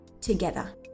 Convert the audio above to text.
together